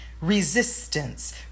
Resistance